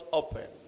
open